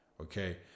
Okay